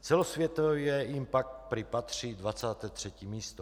Celosvětově jim pak prý patří 23. místo.